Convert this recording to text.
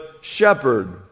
shepherd